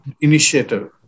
initiative